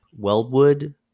Weldwood